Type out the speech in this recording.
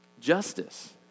Justice